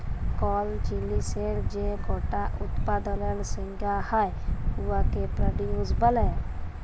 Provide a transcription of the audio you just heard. call জিলিসের যে গটা উৎপাদলের সংখ্যা হ্যয় উয়াকে পরডিউস ব্যলে